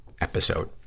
episode